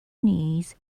knees